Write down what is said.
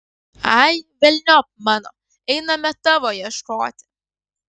ai velniop mano einame tavo ieškoti